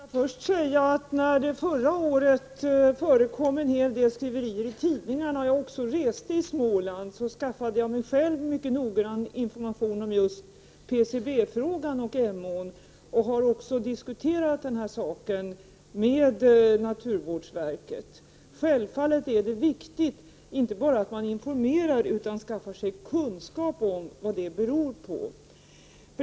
Fru talman! Låt mig först säga att när det förra året förekom en hel del skriverier i tidningarna reste jag i Småland och skaffade mig mycket noggrann information om just PCB-frågan i Emån. Jag har också diskuterat saken med naturvårdsverket. Det är självfallet viktigt inte bara att informera utan också att skaffa sig kunskap om orsakerna.